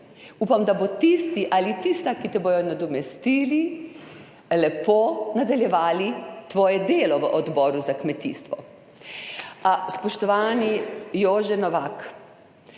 Upam, da bo tisti ali tista, ki te bodo nadomestili, lepo nadaljevali tvoje delo v Odboru za kmetijstvo. Spoštovani Jože Novak,